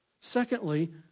Secondly